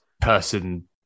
person